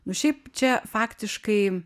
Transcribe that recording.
nu šiaip čia faktiškai